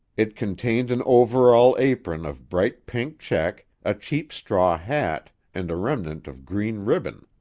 it contained an overall apron of bright pink check, a cheap straw hat, and a remnant of green ribbon.